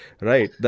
right